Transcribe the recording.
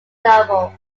novel